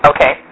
Okay